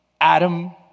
Adam-